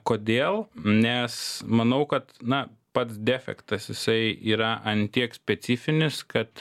kodėl nes manau kad na pats defektas jisai yra ant tiek specifinis kad